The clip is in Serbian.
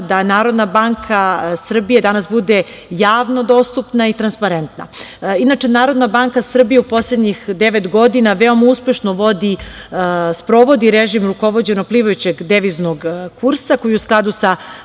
da Narodna banka Srbije danas bude javno dostupna i transparentna. Inače, Narodna banka Srbije u poslednjih devet godina veoma uspešno sprovodi režim rukovođeno plivajućeg deviznog kursa koji je u skladu sa